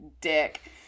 dick